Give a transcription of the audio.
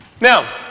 Now